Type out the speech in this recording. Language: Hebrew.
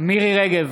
מירי מרים רגב,